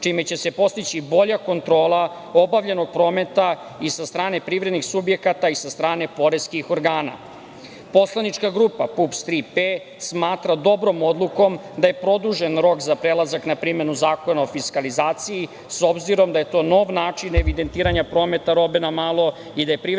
čime će se postići bolja kontrola obavljenog prometa i sa strane privrednih subjekata i sa strane poreskih organa. Poslanika grupa PUPS „Tri P“ smatra dobrom odlukom da je produžen rok za prelazak na primenu Zakona o fiskalizaciji, s obzirom da je to nov način evidentiranja prometa robe na malo i da je privrednim